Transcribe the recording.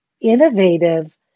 innovative